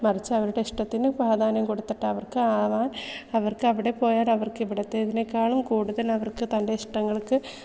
മറിച്ച് അവരുടെ ഇഷ്ടത്തിന് പ്രാധാന്യം കൊടുത്തിട്ട് അവർക്ക് ആവാൻ അവർക്ക് അവിടെ പോയാൽ അവർക്ക് ഇവിടത്തേതിനെക്കാളും കൂടുതൽ അവർക്ക് തൻ്റെ ഇഷ്ടങ്ങൾക്ക്